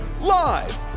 Live